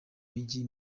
mijyi